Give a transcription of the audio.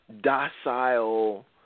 Docile